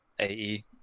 AE